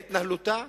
בהתנהלותה,